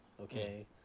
okay